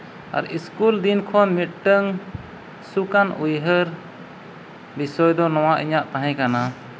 ᱟᱨ school ᱫᱤᱱ ᱠᱷᱚᱱ ᱢᱤᱫᱴᱟᱝ ᱥᱩᱠ ᱠᱟᱱ ᱩᱭᱦᱟᱹᱨ ᱵᱤᱥᱚᱭ ᱫᱚ ᱱᱚᱣᱟ ᱤᱧᱟᱹᱜ ᱫᱚ ᱛᱟᱦᱮᱸ ᱠᱟᱱᱟ